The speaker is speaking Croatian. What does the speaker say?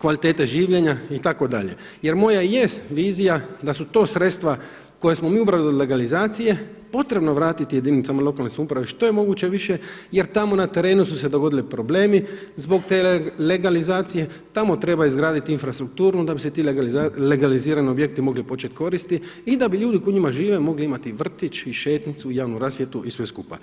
kvalitete življenja itd. jer moja je vizija da su to sredstva koja smo mi ubrali od legalizacije potrebno vratiti jedinicama lokalne samouprave što je moguće više jer tamo su se na terenu dogodili problemi zbog te legalizacije, tamo treba izgraditi infrastrukturu onda bi se ti legalizirani objekti mogli početi koristiti i da bi ljudi koji u njima žive mogli imati vrtić, šetnjicu i javnu rasvjetu i sve skupa.